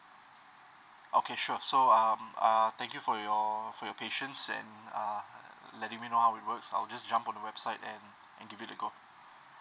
okay sure so um uh thank you for your for your patience and uh letting me know how it works I'll just jump on the website and and give it a go